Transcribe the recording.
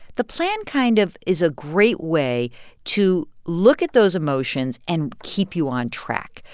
the plan kind of is a great way to look at those emotions and keep you on track.